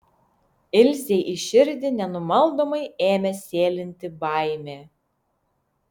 ilzei į širdį nenumaldomai ėmė sėlinti baimė